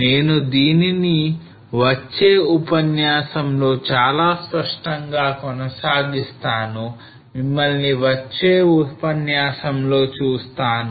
నేను దీనిని వచ్చే ఉపన్యాసంలో చాలా స్పష్టంగా కొనసాగిస్తాను మిమ్మల్ని వచ్చే ఉపన్యాసంలో చూస్తాను